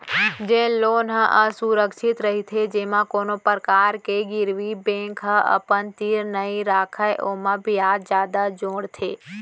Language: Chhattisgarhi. जेन लोन ह असुरक्छित रहिथे जेमा कोनो परकार के गिरवी बेंक ह अपन तीर नइ रखय ओमा बियाज जादा जोड़थे